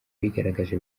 yigaragaje